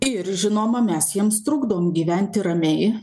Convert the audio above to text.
ir žinoma mes jiems trukdom gyventi ramiai